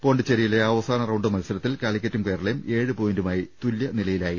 പോണ്ടിച്ചേരിയിലെ അവസാന റൌണ്ട് മത്സരത്തിൽ കാലിക്കറ്റും കേരളയും ഏഴ് പോയിന്റുമായി തുല്യനി ലയിലായിരുന്നു